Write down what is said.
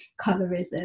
colorism